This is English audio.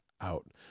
out